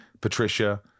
Patricia